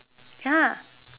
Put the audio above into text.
ya